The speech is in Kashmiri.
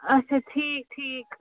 اَچھا ٹھیٖک ٹھیٖک